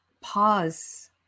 Pause